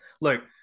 look